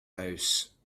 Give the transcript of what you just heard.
house